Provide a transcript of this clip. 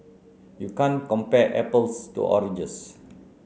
you can't compare apples to oranges